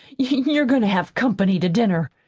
you're goin' to have company to dinner,